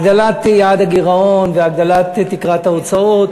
הגדלת יעד הגירעון והגדלת תקרת ההוצאות